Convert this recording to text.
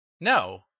no